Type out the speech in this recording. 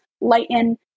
lighten